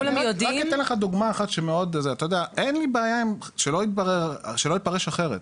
רק אתן לך דוגמא, אין לי בעיה, שלא יתפרש אחרת,